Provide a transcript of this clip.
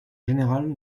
générale